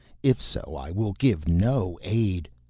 if so i will give no aid.